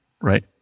right